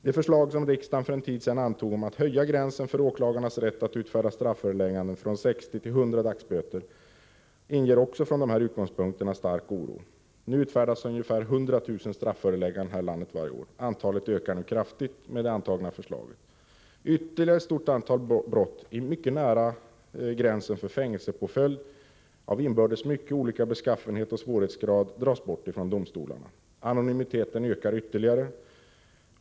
Det förslag som riksdagen för en tid sedan antog om att höja gränsen för åklagarnas rätt att utfärda strafförelägganden från 60 till 100 dagsböter inger från dessa utgångspunkter stark oro. Nu utfärdas ungefär 100 000 strafförelägganden här i landet varje år. Antalet ökar mycket kraftigt med det antagna förslaget. Ytterligare ett stort antal brott mycket nära gränsen för fängelsepåföljd och av inbördes mycket olika beskaffenhet och svårighetsgrad dras bort från domstolarna. Anonymiteten ökar ytterligare.